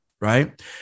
right